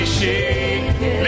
shaken